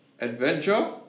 Adventure